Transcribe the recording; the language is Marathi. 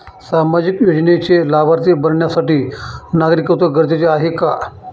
सामाजिक योजनेचे लाभार्थी बनण्यासाठी नागरिकत्व गरजेचे आहे का?